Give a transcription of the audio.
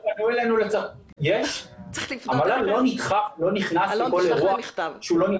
אלון, תשלח להם מכתב.